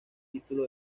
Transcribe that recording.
título